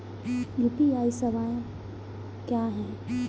UPI सवायें क्या हैं?